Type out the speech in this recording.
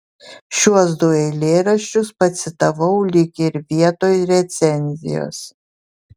šiuos du eilėraščius pacitavau lyg ir vietoj recenzijos